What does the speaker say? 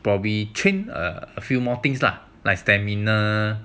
probably train a few more things lah like stamina